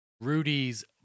Rudy's